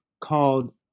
called